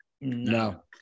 No